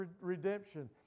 redemption